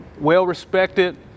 well-respected